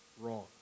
wrong